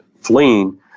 fleeing